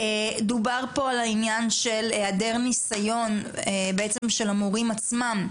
דובר פה על הענין של היעדר נסיון של המורים עצמם,